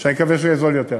אני מקווה שהוא יהיה זול יותר.